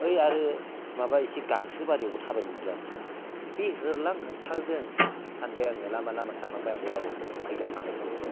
ओइ आरो माबा एसे गांसो बारियावबो थाबायनाय नुदां बे होरलां होरथांजों सानबाय आङो लामा लामा सानलांबाय आं गलागाव सखखैजा थांनाय समाव